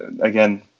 again